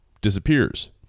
disappears